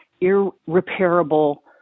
irreparable